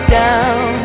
down